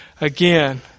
Again